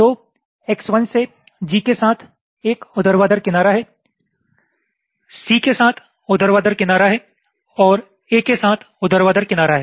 तो X1 से G के साथ एक ऊर्ध्वाधर किनारा है C के साथ ऊर्ध्वाधर किनारा है और A के साथ ऊर्ध्वाधर किनारा है